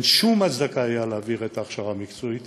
לא הייתה שום הצדקה להעביר את ההכשרה המקצועית